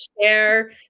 share